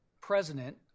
president